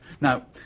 Now